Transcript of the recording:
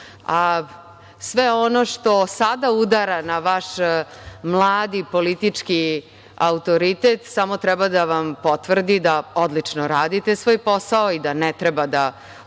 a sve ono što sada udara na vaš mladi politički autoritet samo treba da vam potvrdi da odlično radite svoj posao i da ne treba da odustajete